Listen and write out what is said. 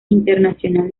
internacional